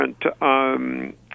different